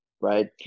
right